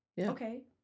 Okay